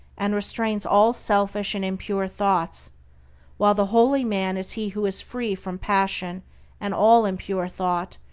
and restrains all selfish and impure thoughts while the holy man is he who is free from passion and all impure thought,